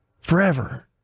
forever